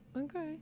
Okay